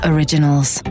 Originals